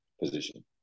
position